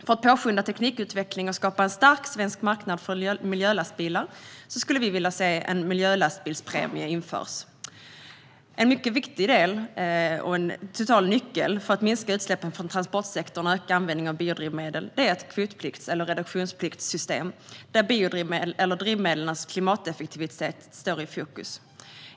För att påskynda teknikutvecklingen och skapa en stark svensk marknad för miljölastbilar vill Centerpartiet se att en miljölastbilspremie införs. En viktig nyckel för att minska utsläppen från transportsektorn och öka användningen av biodrivmedel är ett kvotplikts eller reduktionssystem där drivmedlens klimateffektivitet står i fokus.